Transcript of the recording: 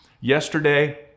Yesterday